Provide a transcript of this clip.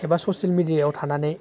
एबा ससियेल मिडियायाव थानानै